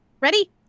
Ready